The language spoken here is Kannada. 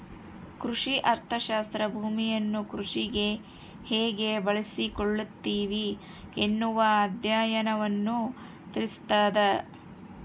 ಕೃಷಿ ಅರ್ಥಶಾಸ್ತ್ರ ಭೂಮಿಯನ್ನು ಕೃಷಿಗೆ ಹೇಗೆ ಬಳಸಿಕೊಳ್ಳುತ್ತಿವಿ ಎನ್ನುವ ಅಧ್ಯಯನವನ್ನು ತಿಳಿಸ್ತಾದ